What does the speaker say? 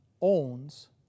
owns